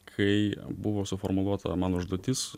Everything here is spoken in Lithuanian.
kai buvo suformuluota mano užduotis